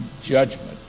judgment